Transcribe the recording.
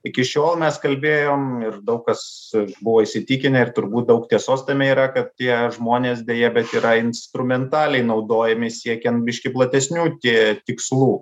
iki šiol mes kalbėjom ir daug kas buvo įsitikinę ir turbūt daug tiesos tame yra kad tie žmonės deja bet yra instrumentaliai naudojami siekiant biškį platesnių tie tikslų